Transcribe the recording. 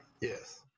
Yes